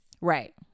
Right